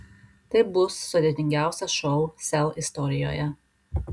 tai bus sudėtingiausias šou sel istorijoje